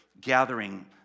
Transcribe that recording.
gathering